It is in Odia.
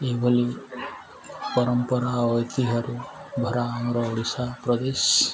ଏହିଭଳି ପରମ୍ପରା ଐତିହ୍ୟରୁ ଭରା ଆମର ଓଡ଼ିଶା ପ୍ରଦେଶ